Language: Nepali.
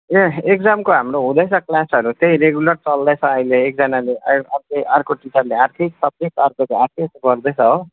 ए एक्जामको हाम्रो हुँदैछ क्लासहरू त्यही रेगुलर चल्दैछ अहिले एकजनाले अर्कै अर्को टिचरले अर्कै सब्जेक्ट अर्कोले अर्कै गर्दैछ हो